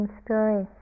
story